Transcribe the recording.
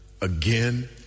again